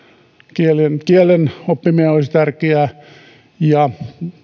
kielen kielen oppiminen olisi tärkeää ja